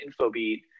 InfoBeat